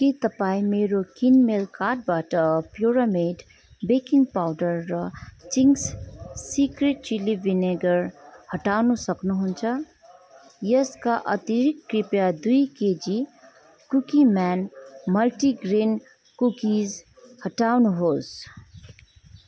के तपाईँ मेरो किनमेल कार्टबाट पिरामिड बेकिङ पाउडर र चिङ्स सिक्रेट चिल्ली भिनिगर हटाउन सक्नुहुन्छ यसका अति कृपया दुई केजी कुकिम्यान मल्टिग्रेन कुकिज हटाउनुहोस्